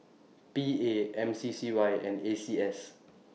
P A M C C Y and A C S